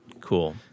Cool